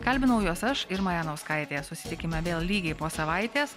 kalbinau juos aš irma janauskaitė susitikime vėl lygiai po savaitės